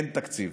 אין תקציב,